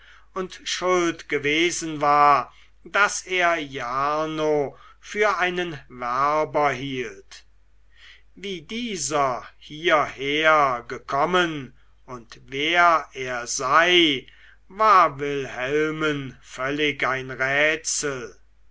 und schuld gewesen war daß er jarno für einen werber hielt wie dieser hierher gekommen und wer er sei war wilhelmen völlig ein rätsel